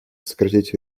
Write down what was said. сократить